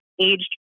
aged